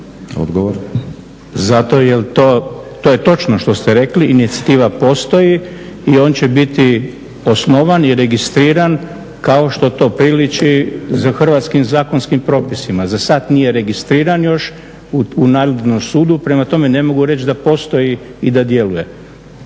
jer to, to je točno što ste rekli. Inicijativa postoji i on će biti osnovan i registriran kao što to priliči hrvatskim zakonskim propisima. Za sad nije registriran još u …/Govornik se ne razumije./… sudu. Prema tome, ne mogu reći da postoji i da djeluje.